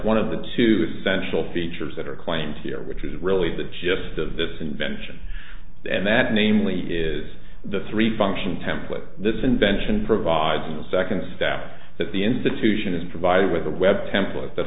one of the two central features that are claims here which is really the gist of this invention and that namely is the three function template this invention provides a second step that the institution is provided with a web template that